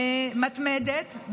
מתמדת,